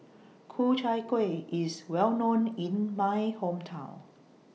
Ku Chai Kuih IS Well known in My Hometown